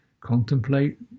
Contemplate